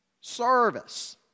Service